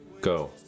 Go